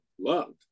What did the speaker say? loved